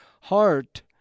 heart